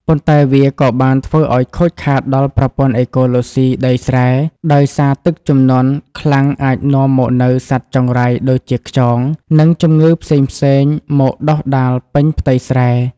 ប៉ុន្តែវាក៏បានធ្វើឱ្យខូចខាតដល់ប្រព័ន្ធអេកូឡូស៊ីដីស្រែ ដោយសារទឹកជំនន់ខ្លាំងអាចនាំមកនូវសត្វចង្រៃដូចជាខ្យង និងជំងឺផ្សេងៗមកដុះដាលពេញផ្ទៃស្រែ។